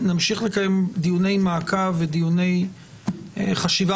נמשיך לקיים דיוני מעקב ודיוני חשיבה